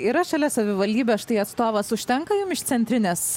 yra šalia savivaldybės štai atstovas užtenka jums iš centrinės